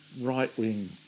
right-wing